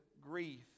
grief